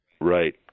right